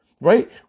right